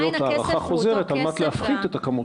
להיות הערכה חוזרת על מנת להפחית את הכמות